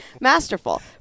Masterful